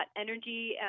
energy